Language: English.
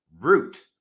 root